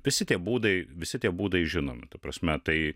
visi tie būdai visi tie būdai žinomi ta prasme tai